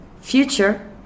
future